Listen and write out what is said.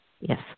Yes